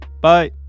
bye